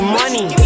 money